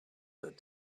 that